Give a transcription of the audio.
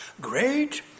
great